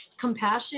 compassion